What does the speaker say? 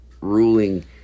ruling